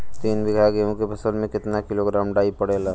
तीन बिघा गेहूँ के फसल मे कितना किलोग्राम डाई पड़ेला?